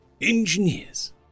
Engineers